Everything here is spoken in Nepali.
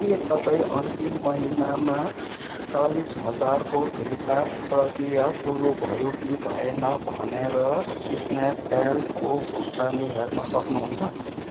के तपाईँ अन्तिम महिनामा चालिस हजारको फिर्ता प्रक्रिया सुरु भयो कि भएन भनेर स्न्यापडिलको भुक्तानी हेर्न सक्नुहुन्छ